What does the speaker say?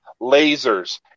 lasers